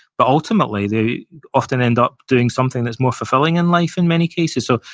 but ultimately, they often end up doing something that's more fulfilling in life, in many cases. so,